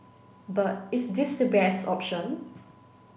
but is this the best option